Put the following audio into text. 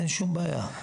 אין שום בעיה.